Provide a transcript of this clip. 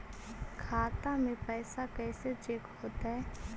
खाता में पैसा कैसे चेक हो तै?